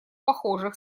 похожих